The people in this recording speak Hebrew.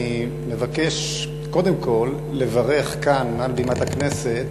אני מבקש קודם כול לברך כאן מעל בימת הכנסת